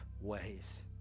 ways